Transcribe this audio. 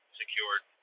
secured